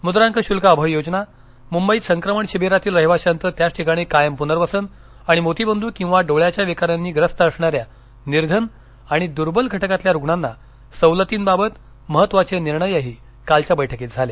मुद्रांक शुल्क अभय योजना मुंबईत संक्रमण शिविरातील रहिवाशांचं त्याच ठिकाणी कायम पुनर्वसन आणि मोतीबिंद्र किंवा डोळ्यांच्या विकारांनी ग्रस्त असणाऱ्या निर्धन आणि दूर्वल घटकांतील रुग्णांना सवलतींबाबत महत्वाचे निर्णयही कालच्या बैठकीत झाले